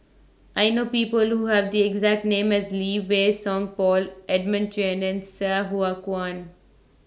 I know People Who Have The exact name as Lee Wei Song Paul Edmund Chen and Sai Hua Kuan